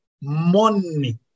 money